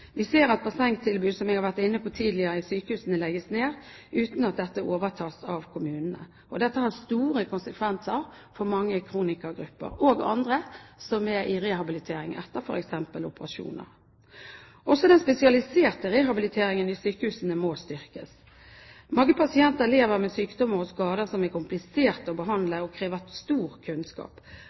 Vi ser at bassengtilbud – som vi har vært inne på tidligere – i sykehusene legges ned, uten at dette overtas av kommunene. Det har store konsekvenser for mange kronikergrupper og andre som er i rehabilitering etter f.eks. operasjoner. Også den spesialiserte rehabiliteringen i sykehusene må styrkes. Mange pasienter lever med sykdommer og skader som er kompliserte å behandle, og som krever stor kunnskap.